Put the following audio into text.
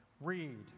Read